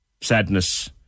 sadness